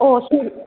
ഓ ശരി